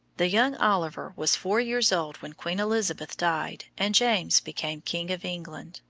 the young oliver was four years old when queen elizabeth died and james became king of england.